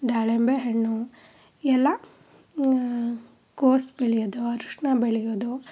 ದಾಳಿಂಬೆ ಹಣ್ಣು ಎಲ್ಲ ಕೋಸು ಬೆಳೆಯೋದು ಅರ್ಶಿಣ ಬೆಳೆಯೋದು